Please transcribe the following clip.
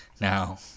Now